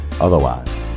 Otherwise